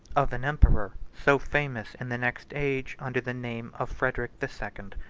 of an emperor so famous in the next age under the name of frederic the second.